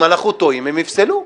אם אנחנו טועים, הם יפסלו.